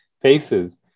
faces